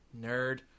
Nerd